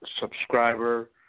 subscriber